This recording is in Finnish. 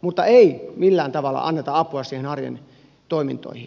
mutta ei millään tavalla anneta apua niihin arjen toimintoihin